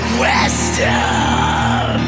wisdom